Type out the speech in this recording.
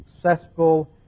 successful